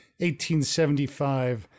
1875